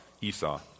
Esau